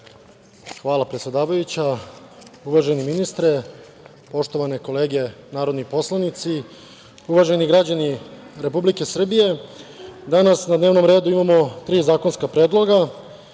Hvala, predsedavajuća. Uvaženi ministre, poštovane kolege narodni poslanici, uvaženi građani Republike Srbije, danas na dnevnom redu imamo tri zakonska predloga. Na